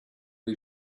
who